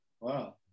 Wow